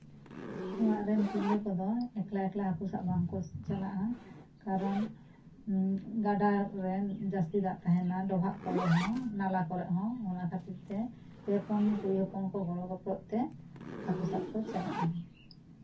ᱚᱲᱟᱜ ᱨᱮᱱ ᱛᱤᱨᱞᱟᱹ ᱠᱚᱫᱚ ᱮᱠᱞᱟ ᱮᱠᱞᱟ ᱦᱟᱹᱠᱩ ᱥᱟᱵ ᱵᱟᱝ ᱠᱚ ᱪᱟᱞᱟᱜᱼᱟ ᱠᱟᱨᱚᱱ ᱜᱟᱰᱟᱨᱮ ᱡᱟᱹᱥᱛᱤ ᱫᱟᱜ ᱛᱟᱦᱮᱱᱟ ᱰᱚᱵᱷᱟᱜ ᱠᱚᱨᱮᱫ ᱦᱚᱸ ᱱᱟᱞᱟ ᱠᱚᱨᱮᱫ ᱦᱚᱸ ᱚᱱᱟ ᱠᱷᱟᱹᱛᱤᱨ ᱛᱮ ᱯᱮ ᱯᱩᱱ ᱠᱩᱲᱤ ᱦᱚᱯᱚᱱ ᱠᱚ ᱜᱚᱲᱚᱼᱜᱚᱯᱲᱚᱜ ᱛᱮ ᱦᱟᱹᱠᱩ ᱥᱟᱵ ᱠᱚ ᱪᱟᱞᱟᱜᱼᱟ